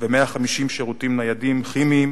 ו-150 שירותים ניידים, כימיים.